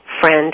friend